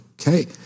Okay